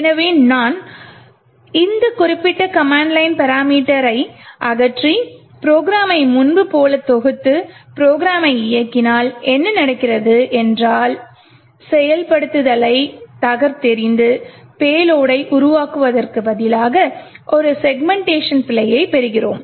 எனவே நான் இந்த குறிப்பிட்ட கமாண்ட் லைன் பராமீட்டரை அகற்றி ப்ரோக்ராமை முன்பு போலவே தொகுத்து ப்ரோக்ராமை இயக்கினால் என்ன நடக்கிறது என்றால் செயல்படுத்துதலைத் தகர்த்தெறிந்து பேலோடை உருவாக்குவதற்குப் பதிலாக ஒரு செக்மென்ட்டேஷன் பிழையைப் பெறுகிறோம்